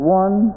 one